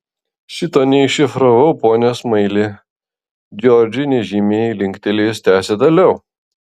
šito neiššifravau pone smaili džordžui nežymiai linktelėjus tęsė toliau